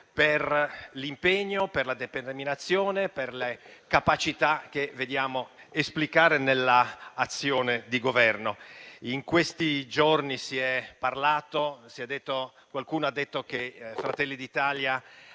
per l'impegno, la determinazione e le capacità che vediamo esplicare nell'azione di governo. In questi giorni qualcuno ha detto che Fratelli d'Italia